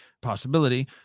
possibility